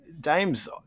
Dame's